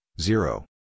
zero